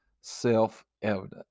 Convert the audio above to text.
self-evident